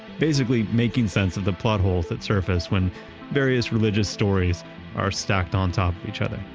basically, making sense of the plot holes that surface when various religious stories are stacked on top of each other.